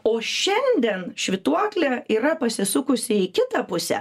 o šiandien švytuoklė yra pasisukusi į kitą pusę